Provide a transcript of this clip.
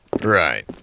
Right